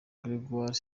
gregoir